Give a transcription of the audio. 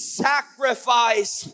sacrifice